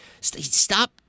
Stop